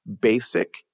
basic